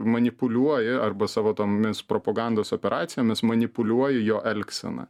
manipuliuoji arba savo tomis propagandos operacijomis manipuliuoji jo elgsena